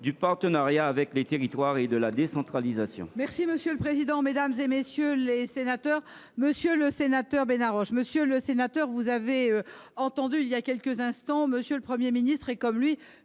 du partenariat avec les territoires et de la décentralisation.